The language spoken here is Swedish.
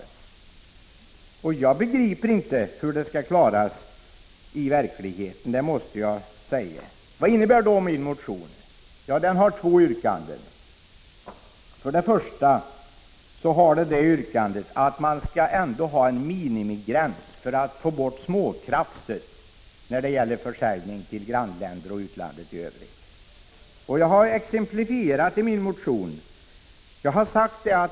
12 december 1985 Jag begriper inte hur det skall klaras i verkligheten, det måste jag säga. Vad innebär då min motion? I min motion har jag två yrkanden. I det första yrkandet begär jag att man skall ha en minimigräns för att undanta småkrafset vid försäljning till grannländer och utlandet i övrigt. Jag har exemplifierat detta i min motion.